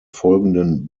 folgenden